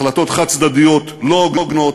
החלטות חד-צדדיות לא הוגנות,